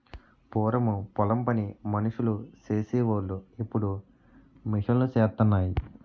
పూరము పొలం పని మనుసులు సేసి వోలు ఇప్పుడు మిషన్ లూసేత్తన్నాయి